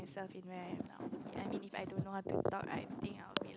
myself in where I'm now I mean if I don't know how to talk right I think I will be